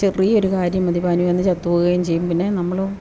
ചെറിയ ഒരുകാര്യം മതി പനിവന്നു ചത്തുപോകുകയും ചെയ്യും പിന്നെ നമ്മളും